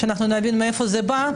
שאנחנו נבין מאיפה זה בא,